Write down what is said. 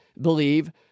believe